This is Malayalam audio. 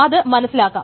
അത് മനസ്സിലാക്കാം